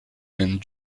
and